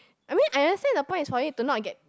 I mean I understand the point is for it to not get